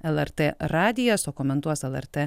lrt radijas o komentuos lrt